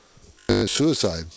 suicide